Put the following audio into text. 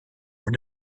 when